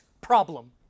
problem